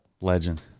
Legend